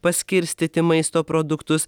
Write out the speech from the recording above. paskirstyti maisto produktus